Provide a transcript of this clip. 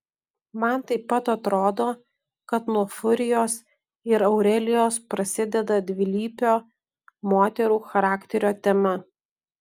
man taip pat atrodo kad nuo furijos ir aurelijos prasideda dvilypio moterų charakterio tema